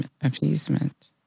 appeasement